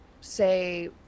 say